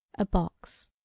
a box.